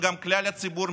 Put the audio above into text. וגם כלל הציבור,